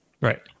Right